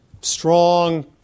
strong